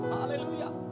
hallelujah